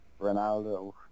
Ronaldo